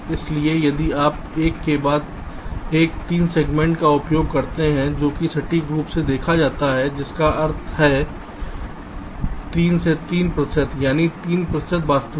इसलिए यदि आप एक के बाद एक 3 सेगमेंट का उपयोग करते हैं जो कि सटीक रूप से देखा जाता है जिसका अर्थ है 3 से 3 प्रतिशत यानी 3 प्रतिशत वास्तविक